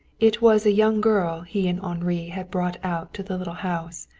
it was a young girl he and henri had brought out to the little house.